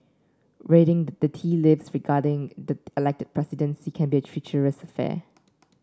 reading the tea leaves regarding the elected presidency can be a treacherous affair